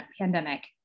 pandemic